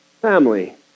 family